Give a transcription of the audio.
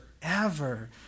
forever